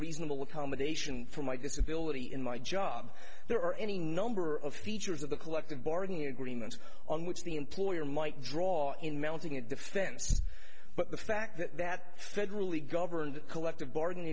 reasonable accommodation for my disability in my job there are any number of features of the collective bargaining agreement on which the employer might draw in mounting a defense but the fact that that federally governed collective bargaining